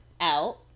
out